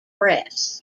press